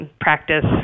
practice